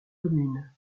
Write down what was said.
communes